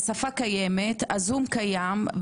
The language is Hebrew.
השפה קיימת, הזום קיים.